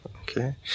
Okay